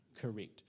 correct